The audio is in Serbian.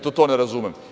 To ne razumem.